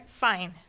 fine